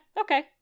okay